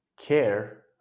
care